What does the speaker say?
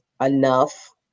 enough